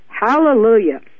hallelujah